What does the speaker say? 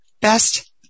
best